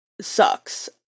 sucks